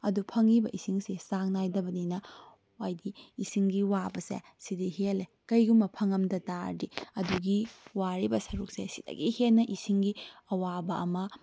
ꯑꯗꯨ ꯐꯪꯏꯕ ꯏꯁꯤꯡꯁꯤ ꯆꯥꯡ ꯅꯥꯏꯗꯕꯅꯤꯅ ꯍꯥꯏꯕꯗꯤ ꯏꯁꯤꯡꯒꯤ ꯋꯥꯕꯁꯦ ꯁꯤꯗꯤ ꯍꯦꯜꯂꯦ ꯀꯔꯤꯒꯨꯝꯕ ꯐꯪꯉꯝꯗ ꯇꯥꯔꯒꯗꯤ ꯑꯗꯨꯒꯤ ꯋꯥꯔꯤꯕ ꯁꯔꯨꯛꯁꯦ ꯁꯤꯗꯒꯤ ꯍꯦꯟꯅ ꯏꯁꯤꯡꯒꯤ ꯑꯋꯥꯕ ꯑꯃ